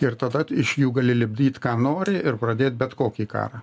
ir tada iš jų gali lipdyt ką nori ir pradėt bet kokį karą